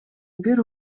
бир